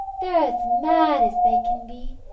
they're as mad as they can be,